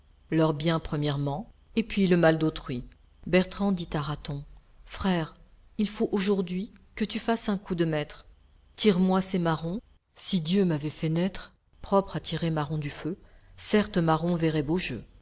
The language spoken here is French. leur bien premièrement et puis le mal d'autrui bertrand dit à raton frère il faut aujourd'hui que tu fasses un coup de maître tire-moi ces marrons si dieu m'avait fait naître propre à tirer marrons du feu certes marrons verraient beau jeu